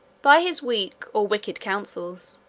by his weak or wicked counsels,